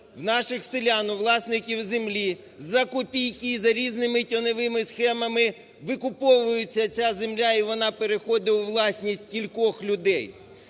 у наших селян, у власників землі, за копійки за різними тіньовими схемами викуповується ця земля, і вона переходить у власність кількох людей.